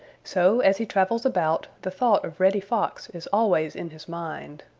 so, as he travels about, the thought of reddy fox is always in his mind.